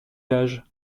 village